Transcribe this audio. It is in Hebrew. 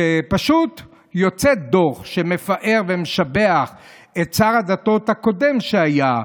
שפשוט יוצא דוח שמפאר ומשבח את שר הדתות הקודם שהיה,